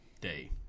day